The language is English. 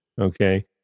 Okay